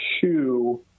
two